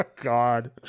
God